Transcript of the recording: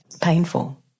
painful